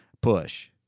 push